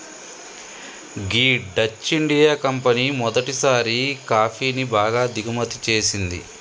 గీ Dutch India company మొదటిసారి కాఫీని బాగా దిగుమతి చేసింది